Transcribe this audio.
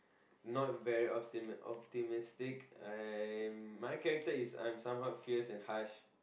not very optimis~ optimistic I'm my character is I'm someone fierce and harsh